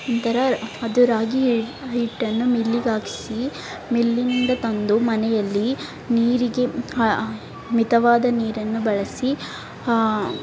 ಇದರ ಅದು ರಾಗಿ ಹಿಟ್ಟನ್ನು ಮಿಲ್ಲಿಗ್ಹಾಕ್ಸಿ ಮಿಲ್ಲಿನಿಂದ ತಂದು ಮನೆಯಲ್ಲಿ ನೀರಿಗೆ ಹಾ ಮಿತವಾದ ನೀರನ್ನು ಬಳಸಿ